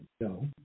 No